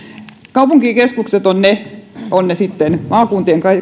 kaupunkikeskukset ovat niitä ovat ne sitten maakuntien